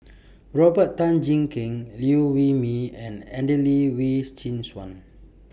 Robert Tan Jee Keng Liew Wee Mee and Adelene Wee Chin Suan